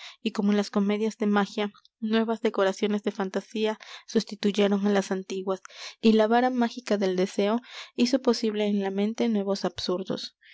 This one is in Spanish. y como en las comedias de magia nuevas decoraciones de fantasía sustituyeron á las antiguas y la vara mágica del deseo hizo posible en la mente nuevos absurdos